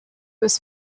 was